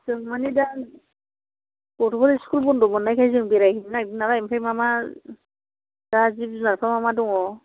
जों माने दा गथ'फोर स्कुल बन्द' मोननायखाय जों बेरायहैनो नागिरदों नालाय ओमफ्राय मा मा दा जिब जुनारफ्रा मा मा दङ